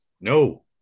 No